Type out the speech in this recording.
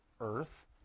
earth